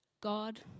God